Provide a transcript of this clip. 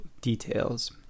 details